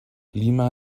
lima